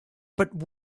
but